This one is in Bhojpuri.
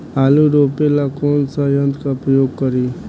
आलू रोपे ला कौन सा यंत्र का प्रयोग करी?